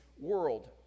world